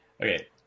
Okay